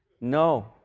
no